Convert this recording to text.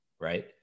right